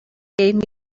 gave